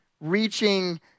reaching